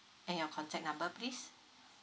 and your contact number please